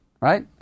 right